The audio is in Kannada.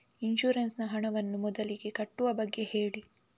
ಇನ್ಸೂರೆನ್ಸ್ ನ ಹಣವನ್ನು ಮೊದಲಿಗೆ ಕಟ್ಟುವ ಬಗ್ಗೆ ಹೇಳಿ